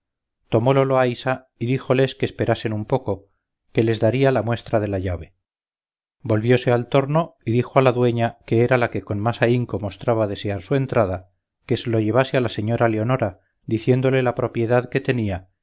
tomólo loaysa y díjoles que esperasen un poco que les daría la muestra de la llave volvióse al torno y dijo a la dueña que era la que con más ahínco mostraba desear su entrada que se lo llevase a la señora leonora diciéndole la propiedad que tenía